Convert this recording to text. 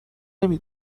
نمی